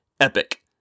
epic